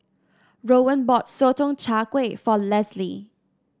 Rowan bought Sotong Char Kway for Lesly